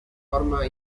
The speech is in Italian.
forma